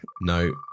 No